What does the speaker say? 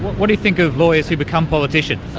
what do you think of lawyers who become politicians?